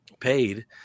Paid